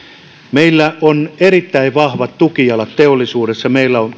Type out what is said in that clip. on erittäin vahvat tukijalat teollisuudessa meillä on